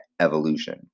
Evolution